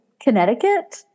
Connecticut